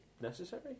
Necessary